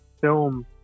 film